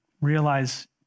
realize